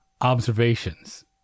observations